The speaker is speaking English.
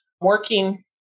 working